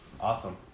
awesome